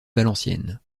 valenciennes